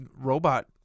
robot